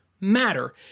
matter